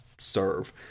serve